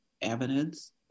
evidence